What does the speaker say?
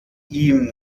ihm